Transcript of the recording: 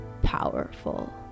powerful